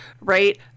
right